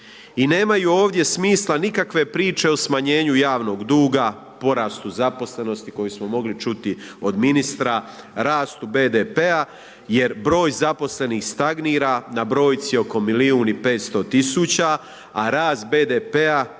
I nemaju ovdje smisla nikakve priče o smanjenju javnog duga, porastu zaposlenosti, koje smo mogli čuti od ministra, rastu BDP-a jer broj zaposlenih stagnira na brojci oko 1.500.000 a rast BDP-a